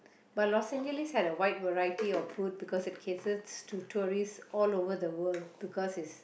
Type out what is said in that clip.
but Los Angeles had a wide variety of food because it caters to tourists all over the world because is